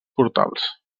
portals